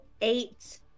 eight